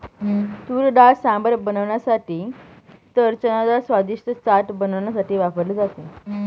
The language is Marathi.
तुरडाळ सांबर बनवण्यासाठी तर चनाडाळ स्वादिष्ट चाट बनवण्यासाठी वापरली जाते